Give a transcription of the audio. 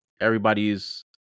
everybody's